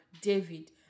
david